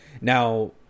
Now